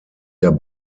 der